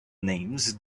names